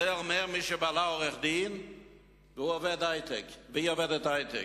את זה אומרת מי שבעלה עורך-דין והיא עובדת היי-טק.